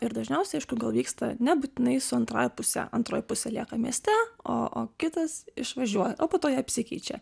ir dažniausiai aišku gal vyksta nebūtinai su antrąja puse antroji pusė lieka mieste o o kitas išvažiuoja o po to jie apsikeičia